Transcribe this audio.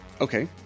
Okay